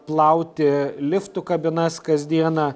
plauti liftų kabinas kasdieną